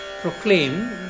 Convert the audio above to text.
proclaim